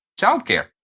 childcare